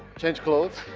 change clothes.